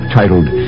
titled